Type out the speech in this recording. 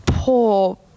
Poor